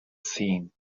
seen